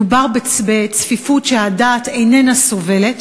מדובר בצפיפות שהדעת איננה סובלת.